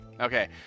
Okay